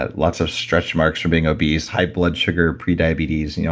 ah lots of stretch marks from being obese, high blood sugar, pre-diabetes, and yeah